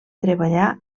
treballar